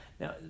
Now